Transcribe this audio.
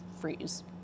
freeze